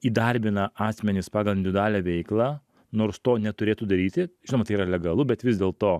įdarbina asmenis pagal individualią veiklą nors to neturėtų daryti žinoma tai yra legalu bet vis dėl to